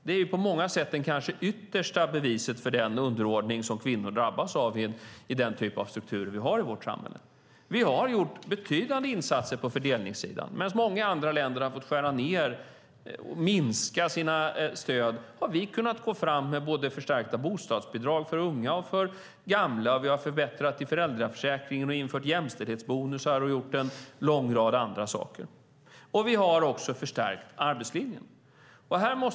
Det är på många sätt det kanske yttersta beviset för den underordning som kvinnor drabbas av i den typ av struktur som vi har i vårt samhälle. Vi har gjort betydande insatser på fördelningssidan. Medan många andra länder har fått skära ned och minska sina stöd har vi kunnat gå fram med förstärkta bostadsbidrag för unga och gamla. Vi har också förbättrat i föräldraförsäkringen, infört jämställdhetsbonusar och gjort en lång rad andra saker. Vi har också förstärkt arbetslinjen.